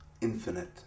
infinite